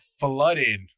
flooded